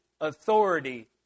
authority